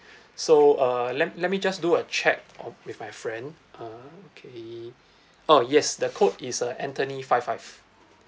so uh let let me just do a check um with my friend uh okay oh yes the code is uh anthony five five